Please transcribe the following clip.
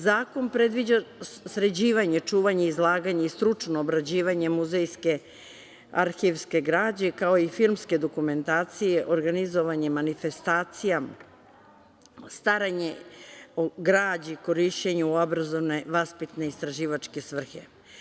Zakon predviđa sređivanje, čuvanje, izlaganje i stručno obrađivanje muzejske arhivske građe, kao i filmske dokumentacije, organizovanje manifestacija, staranje o građi, korišćenju u obrazovno-vaspitne i istraživačke svrhe.